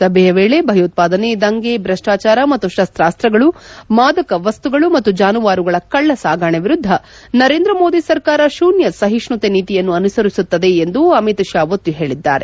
ಸಭೆಯ ವೇಳೆ ಭಯೋತ್ವಾದನೆ ದಂಗೆ ಭ್ರಷ್ಟಾಚಾರ ಮತ್ತು ಶಾಸ್ತಾಗಳು ಮಾದಕ ವಸ್ತುಗಳು ಮತ್ತು ಜಾನುವಾರಗಳ ಕಳ್ಳ ಸಾಗಣೆ ವಿರುದ್ಧ ನರೇಂದ್ರ ಮೋದಿ ಸರ್ಕಾರ ಶೂನ್ಯ ಸಹಿಷ್ಟುತೆ ನೀತಿಯನ್ನು ಅನುಸರಿಸುತ್ತದೆ ಎಂದು ಅಮಿತ್ ಶಾ ಒತ್ತಿ ಹೇಳಿದ್ದಾರೆ